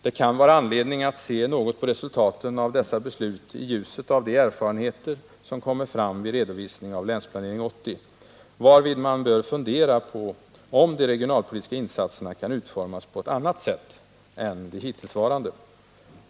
Det kan vara anledning att se något på resultaten av dessa beslut i ljuset av de erfarenheter som kommer fram vid redovisning av Länsplanering 80, varvid man bör fundera på om de regionalpolitiska insatserna kan utformas på ett annat sätt än de hittillsvarande.